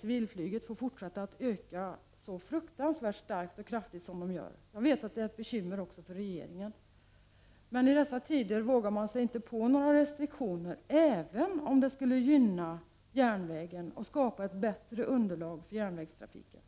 civilflyg, kan inte fortsätta att öka så fruk tansvärt starkt som nu är fallet. Jag vet att detta är ett bekymmer även för regeringen, men i dessa tider vågar sig regeringen inte på några restriktioner, även om detta skulle gynna järnvägen och skapa ett bättre underlag för järnvägstrafiken.